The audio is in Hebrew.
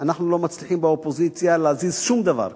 אנחנו לא מצליחים באופוזיציה להזיז שום דבר כאן,